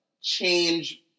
change